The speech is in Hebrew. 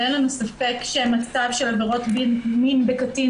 ואין לנו ספק שמצב של עבירות מין בקטין